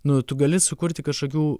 nu tu gali sukurti kažkokių